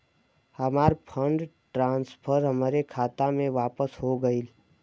हमार fund transfer हमरे खाता मे वापस हो गईल